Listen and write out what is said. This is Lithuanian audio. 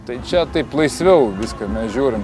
tai čia taip laisviau viską mes žiūrim